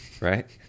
right